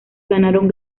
ganaron